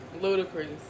ludicrous